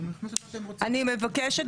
אני מבקשת